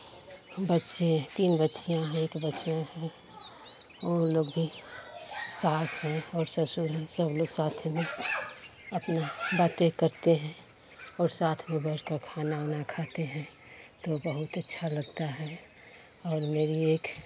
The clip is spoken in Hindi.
बच्चे तीन बच्चियाँ है एक बच्चे वह लोग भी सास हैं और ससुर हैं सब लोग साथ में अपना बातें करते हैं और साथ में बैठकर खाना ऊना खाते हैं तो बहुत अच्छा लगता है और मेरी एक